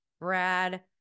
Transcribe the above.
Brad